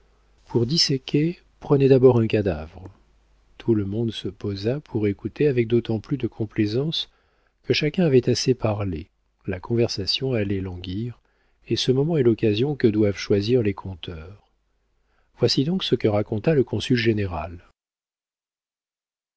pour disséquer prenez d'abord un cadavre tout le monde se posa pour écouter avec d'autant plus de complaisance que chacun avait assez parlé la conversation allait languir et ce moment est l'occasion que doivent choisir les conteurs voici donc ce que raconta le consul général